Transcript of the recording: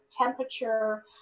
temperature